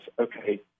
okay